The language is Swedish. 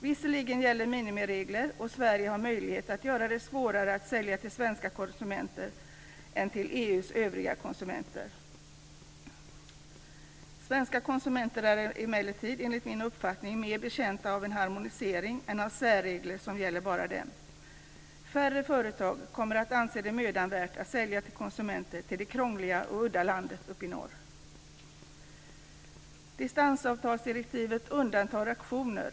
Visserligen gäller minimiregler, och Sverige har möjlighet att göra det svårare att sälja till svenska konsumenter än till EU:s övriga konsumenter. Svenska konsumenter är emellertid, enligt min uppfattning, mer betjänta av en harmonisering än av särregler som gäller bara dem. Färre företag kommer att anse det mödan värt att sälja till konsumenter i det krångliga och udda landet uppe i norr. Distansavtalsdirektivet undantar auktioner.